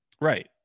Right